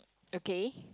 okay